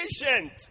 patient